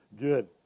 good